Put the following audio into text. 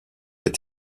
est